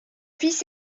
fils